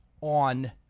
on